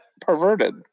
perverted